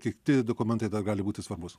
kiti dokumentai gali būti svarbūs